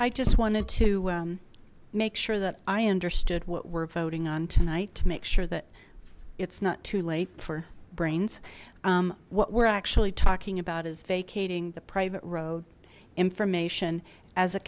i just wanted to make sure that i understood what we're voting on tonight to make sure that it's not too late for brains what we're actually talking about is vacating the private road information as a